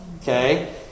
Okay